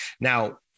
Now